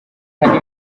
hari